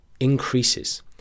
increases